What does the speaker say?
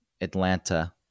Atlanta